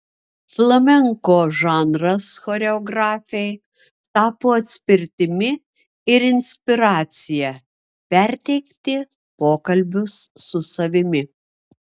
flamenko žanras choreografei tapo atspirtimi ir inspiracija perteikti pokalbius su savimi